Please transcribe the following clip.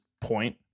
point